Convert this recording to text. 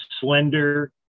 slender